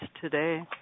today